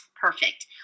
Perfect